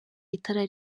itara